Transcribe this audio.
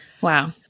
wow